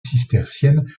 cistercienne